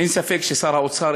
אין ספק ששר האוצר,